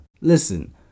listen